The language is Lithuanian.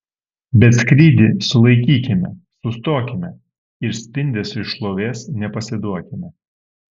bet skrydį sulaikykime sustokime ir spindesiui šlovės nepasiduokime